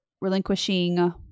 relinquishing